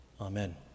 Amen